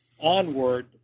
onward